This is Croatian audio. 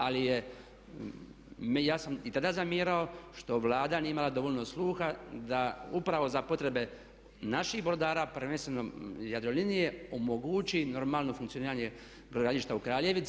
Ali je, ja sam i tada zamjerao što Vlada nije imala dovoljno sluha da upravo za potrebe naših brodara prvenstveno Jadrolinije omogući normalno funkcioniranje brodogradilišta u Kraljevici.